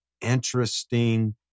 interesting